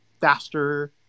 faster